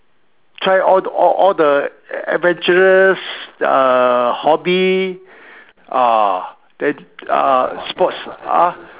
try all all all the adventurous uh hobby ah then uh sports ah